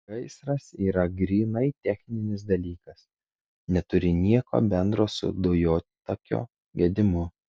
gaisras yra grynai techninis dalykas neturi nieko bendro su dujotakio gedimu